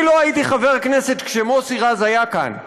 אני לא הייתי חבר כנסת כשמוסי רז היה כאן,